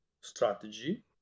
strategy